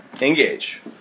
engage